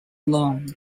long